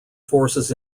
forces